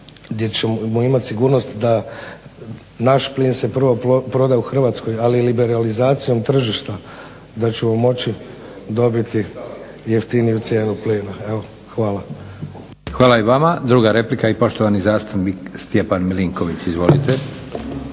gdje ćemo imati sigurnost da naš plin se prvo proda u Hrvatskoj, ali i liberalizacijom tržišta da ćemo moći dobiti jeftiniju cijenu plina. Evo, hvala. **Leko, Josip (SDP)** Hvala i vama. Druga replika i poštovani zastupnik Stjepan Milinković. Izvolite.